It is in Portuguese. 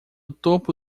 topo